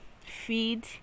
feed